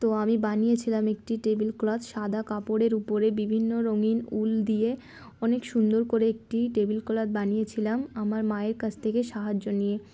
তো আমি বানিয়েছিলাম একটি টেবিল ক্লথ সাদা কাপড়ের উপরে বিভিন্ন রঙিন উল দিয়ে অনেক সুন্দর করে একটি টেবিল ক্লথ বানিয়েছিলাম আমার মায়ের কাছ থেকে সাহায্য নিয়ে